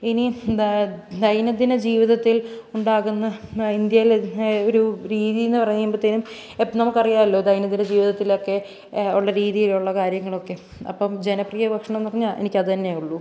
ഇനി എന്താണ് ദൈനംദിന ജീവിതത്തിൽ ഉണ്ടാകുന്ന ആ ഇന്ത്യയിൽ ഒരു രീതി എന്ന് പറയുമ്പത്തേക്കും നമുക്ക് അറിയാലോ ദൈനംദിന ജീവിതത്തിലൊക്കെ ഉള്ള രീതിയിലുള്ള കാര്യങ്ങളൊക്കെ അപ്പം ജനപ്രിയ ഭക്ഷണം പറഞ്ഞാൽ എനിക്ക് അത് തന്നെയെ ഉള്ളൂ